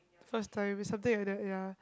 first time something like that ya